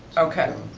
okay.